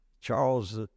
Charles